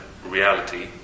Reality